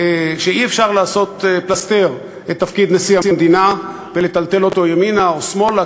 אי-אפשר לעשות פלסתר את תפקיד נשיא המדינה ולטלטל אותו ימינה או שמאלה,